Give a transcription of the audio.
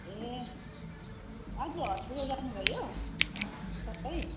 ए आज हस्पिटल जानुभयो तपाईँ